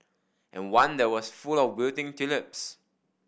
and one that was full of wilting tulips